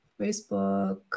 Facebook